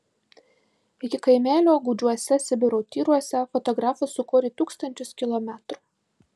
iki kaimelio gūdžiuose sibiro tyruose fotografas sukorė tūkstančius kilometrų